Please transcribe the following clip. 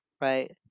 right